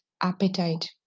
appetite